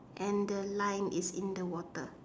and the line is in the water